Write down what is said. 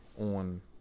on